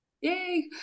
Yay